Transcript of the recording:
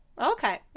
Okay